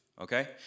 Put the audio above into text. okay